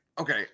okay